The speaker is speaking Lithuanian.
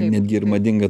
netgi ir madinga